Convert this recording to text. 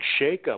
shakeup